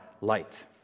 light